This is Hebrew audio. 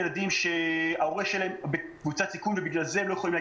ילדים שיש להם בעיה בריאותית יכולים לקבל